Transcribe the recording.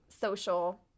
social